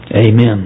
Amen